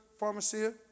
pharmacia